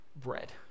bread